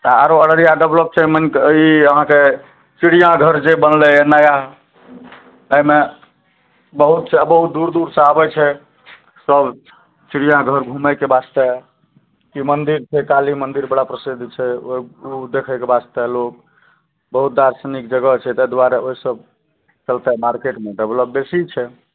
तऽ आरो अररिया डेवलप छै मानिकऽ ई अहाँके चिड़ियाघर जे बनलय नया अइमे बहुत बहुत दूर दूरसँ आबय छै सब चिड़ियाघर घुमयके वास्ते की मन्दिर छै काली मन्दिर बड़ा प्रसिद्ध छै ओइ उ देखयके वास्ते लोक बहुत दार्शनिक जगह छै तै दुआरे ओइ सब चलते मार्केटमे डेवलप बेसी छै